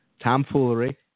tomfoolery